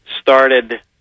started